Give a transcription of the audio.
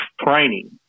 training